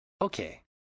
Okay